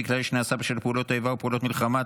כללי שנעשה בשל פעולות האיבה או פעולות המלחמה),